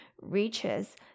reaches